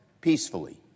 peacefully